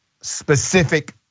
specific